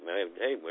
Hey